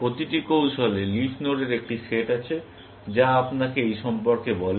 প্রতিটি কৌশলে লিফ নোডের একটি সেট আছে যা আপনাকে এই সম্পর্কে বলে